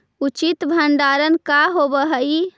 उचित भंडारण का होव हइ?